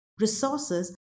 resources